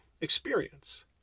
experience